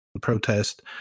protest